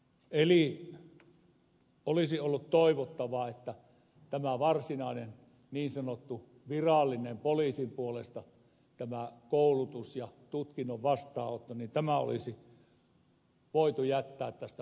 eli olisi ollut toivottavaa että tämä varsinainen niin sanottu virallinen poliisin puolesta tuleva koulutus ja tutkinnon vastaanottaminen olisi voitu jättää tästä pois